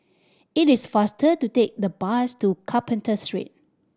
it is faster to take the bus to Carpenter Street